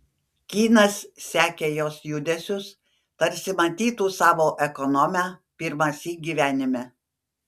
kynas sekė jos judesius tarsi matytų savo ekonomę pirmąsyk gyvenime